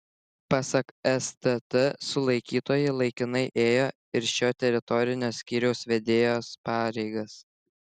pasak stt sulaikytoji laikinai ėjo ir šio teritorinio skyriaus vedėjos pareigas